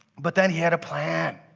but then he had a plan.